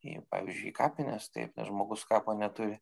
į pavyzdžiui į kapines taip nes žmogus kapo neturi